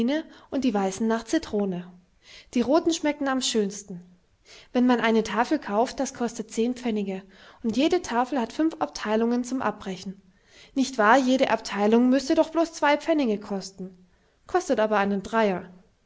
und die weißen nach citrone die roten schmecken am schönsten wenn man eine tafel kauft das kostet zehn pfennige und jede tafel hat fünf abteilungen zum abrechen nicht wahr jede abteilung müßte doch blos zwei pfennige kosten kostet aber einen dreier